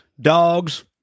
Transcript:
dogs